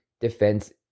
defense